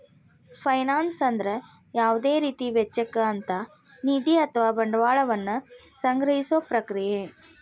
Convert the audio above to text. finance ಅಂದ್ರ ಯಾವುದ ರೇತಿ ವೆಚ್ಚಕ್ಕ ಅಂತ್ ನಿಧಿ ಅಥವಾ ಬಂಡವಾಳ ವನ್ನ ಸಂಗ್ರಹಿಸೊ ಪ್ರಕ್ರಿಯೆ